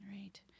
right